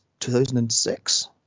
2006